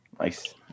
Nice